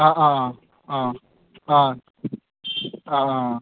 अ अ अ अ अ अ